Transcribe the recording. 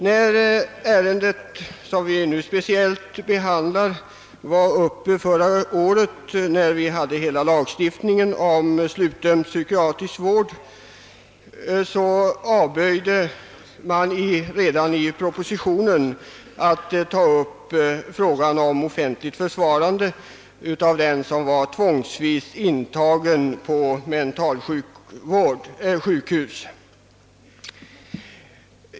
När ärendet, som vi nu speciellt behandlar, var uppe förra året i samband med behandlingen av hela lagstiftningen om sluten psykiatrisk vård, så avböjde man redan i propositionen och sedan i riksdagen att ta upp frågan om offentligt försvar av den som var tvångsvis intagen på mentalsjukhus.